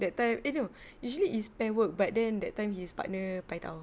that time eh no usually is pair work but then that time his partner paitao